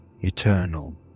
eternal